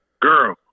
girl